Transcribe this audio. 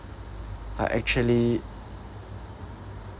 are actually